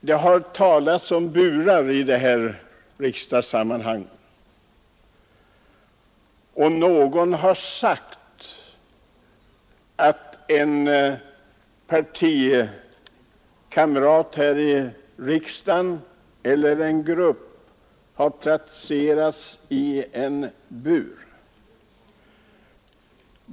Det har talats om burar här i riksdagen, och någon har sagt att en ledamot av riksdagen eller en partigrupp har placerats i en bur.